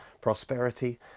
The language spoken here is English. prosperity